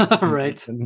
Right